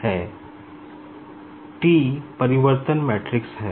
T transformation matrix है